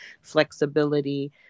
flexibility